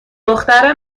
دختر